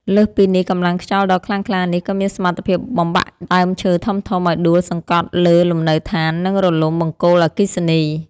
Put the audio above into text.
លើសពីនេះ កម្លាំងខ្យល់ដ៏ខ្លាំងក្លានេះក៏មានសមត្ថភាពបំបាក់ដើមឈើធំៗឱ្យដួលសង្កត់លើលំនៅដ្ឋាន និងរលំបង្គោលអគ្គិសនី។